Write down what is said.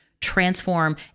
transform